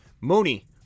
Mooney